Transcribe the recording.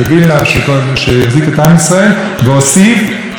והוסיף שחוק הגיוס יעבור מתוך הכרה בחשיבות